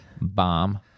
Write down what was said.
Bomb